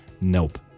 Nope